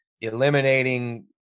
eliminating